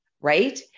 right